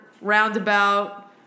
roundabout